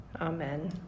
Amen